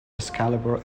excalibur